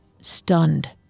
stunned